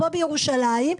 פה בירושלים,